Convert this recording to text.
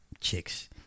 chicks